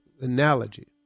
analogy